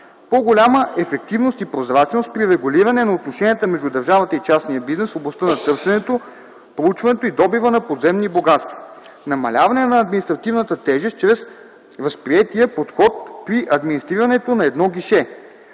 по-голяма ефективност и прозрачност при регулиране на отношенията между държавата и частния бизнес в областта на търсенето, проучването и добива на подземни богатства; - намаляване на административната тежест чрез възприетия подход при администрирането „на едно гише”;